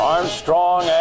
Armstrong